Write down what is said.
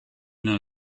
know